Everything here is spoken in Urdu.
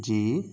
جی